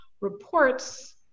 reports